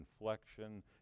inflection